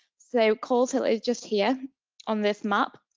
so coleshill is just here on this map,